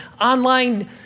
online